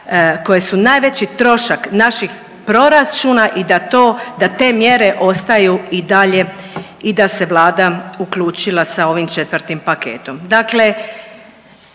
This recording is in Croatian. koje su najveći trošak naših proračuna i da to, i da te mjere ostaju i dalje i da se Vlada uključila sa ovim četvrtim paketom.